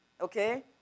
okay